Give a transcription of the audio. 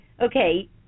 Okay